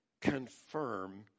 confirm